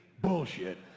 bullshit